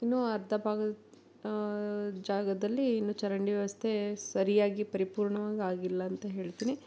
ಇನ್ನೂ ಅರ್ಧ ಭಾಗ ಜಾಗದಲ್ಲಿ ಇನ್ನೂ ಚರಂಡಿ ವ್ಯವಸ್ಥೆ ಸರಿಯಾಗಿ ಪರಿಪೂರ್ಣವಾಗಿ ಆಗಿಲ್ಲಂತ ಹೇಳ್ತೀನಿ